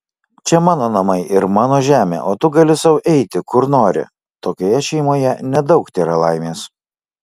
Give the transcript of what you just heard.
čia mano namai ir mano žemė o tu gali sau eiti kur nori tokioje šeimoje nedaug tėra laimės